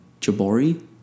Jabari